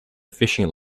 fishing